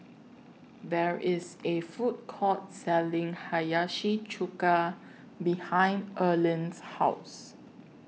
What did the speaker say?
There IS A Food Court Selling Hiyashi Chuka behind Erline's House